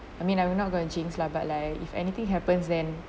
I mean I will not go and change lah but like if anything happens then